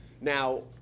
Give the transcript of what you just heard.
Now